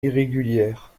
irrégulière